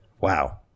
Wow